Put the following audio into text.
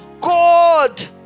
God